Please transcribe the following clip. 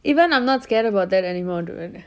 even I'm not scared about that anymore dude